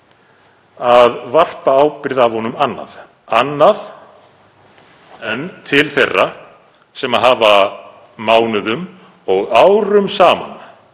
að varpa ábyrgð af honum annað, til þeirra sem hafa mánuðum og árum saman